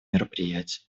мероприятий